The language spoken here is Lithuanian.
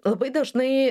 labai dažnai